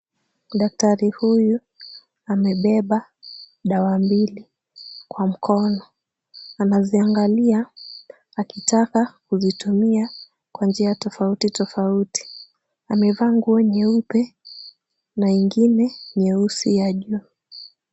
Daktari huyu amebeba dawa mbili kwa mkono, anaziangalia akitaka kuzitumia kwa njia tofauti tofauti, amevaa nguo nyeupe na ingine nyeusi ya juu.